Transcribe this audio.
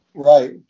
Right